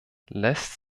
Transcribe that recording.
lässt